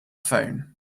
phone